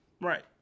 Right